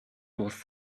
was